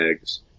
eggs